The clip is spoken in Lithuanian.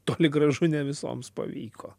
toli gražu ne visoms pavyko